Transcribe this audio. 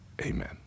Amen